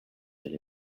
del